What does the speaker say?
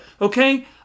Okay